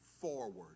forward